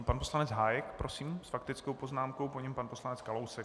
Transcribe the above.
Pan poslanec Hájek, prosím, s faktickou poznámkou, po něm pan poslanec Kalousek.